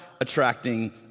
attracting